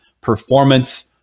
performance